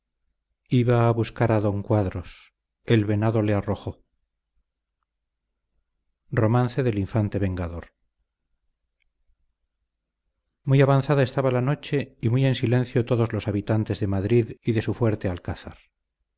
de cervantes muy avanzada estaba la noche y muy en silencio todos los habitantes de madrid y de su fuerte alcázar